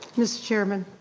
mr. chairman?